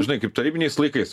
žinai kaip tarybiniais laikais